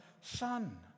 son